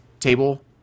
table